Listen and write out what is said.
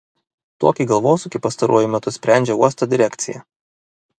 tokį galvosūkį pastaruoju metu sprendžia uosto direkcija